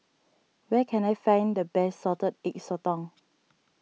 where can I find the best Salted Egg Sotong